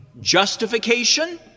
justification